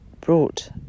brought